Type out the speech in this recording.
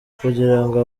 kugirango